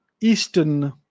eastern